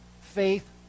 faith